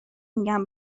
میگن